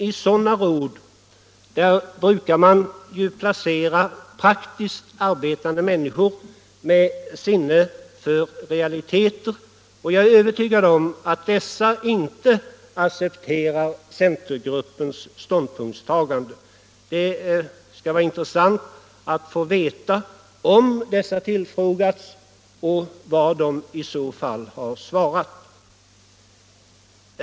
I sådana råd brukar man ju placera praktiskt arbetande människor med sinne för realiteter. Jag är övertygad om att de inte accepterar centergruppens ståndpunktstagande. Det skulle vara intressant att få veta om de tillfrågats och vad de i så fall har svarat.